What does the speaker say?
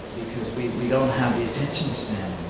because we we don't have the attention so